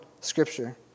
Scripture